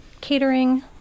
catering